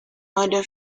model